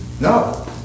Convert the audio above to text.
No